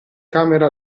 camera